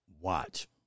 watch